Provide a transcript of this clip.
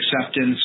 acceptance